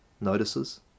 notices